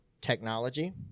technology